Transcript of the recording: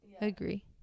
Agree